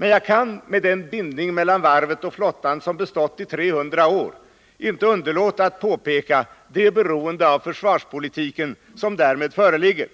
Men jag kan med den bindning mellan varvet och flottan som har bestått i 300 år inte underlåta att påpeka det beroende av försvarspolitiken som därmed föreligger.